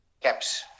caps